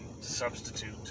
substitute